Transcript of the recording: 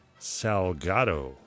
Salgado